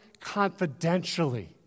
confidentially